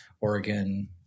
Oregon